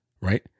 right